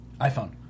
iPhone